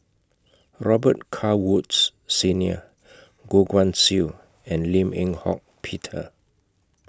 Robet Carr Woods Senior Goh Guan Siew and Lim Eng Hock Peter